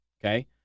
okay